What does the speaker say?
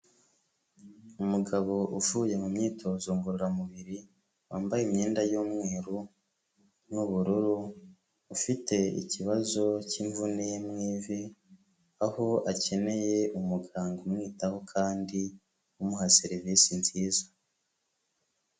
Umugabo uvuye mu myitozo ngororamubiri, wambaye imyenda y'umweru n'ubururu, ufite ikibazo cy'imvune mu ivi, aho akeneye umuganga umwitaho kandi umuha serivisi nziza.